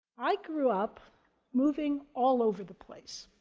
i grew up moving all over the place.